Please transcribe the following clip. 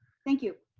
thank you.